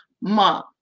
Mom